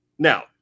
Now